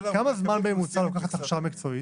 כמה זמן בממוצע לוקחת הכשרה מקצועית?